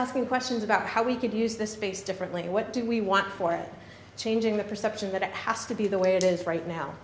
asking questions about how we could use this space differently what do we want for it changing the perception that it has to be the way it is right now